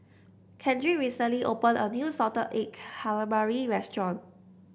Kendrick recently opened a new Salted Egg Calamari restaurant